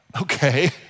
okay